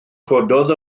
cododd